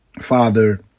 father